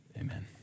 Amen